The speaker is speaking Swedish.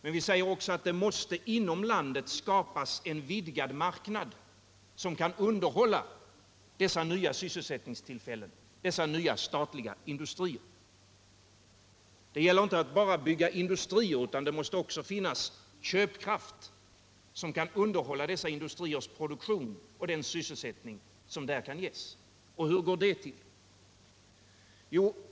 Men vi säger också att det inom landet måste skapas en vidgad marknad, som kan underhålla dessa nya sysselsättningstillfällen, dessa nya statliga industrier. Det gäller inte bara att bygga industrier, utan det måste också finnas köpkraft som kan underhålla dessa industriers produktion och den sysselsättning som där kan ges. Och hur går det till?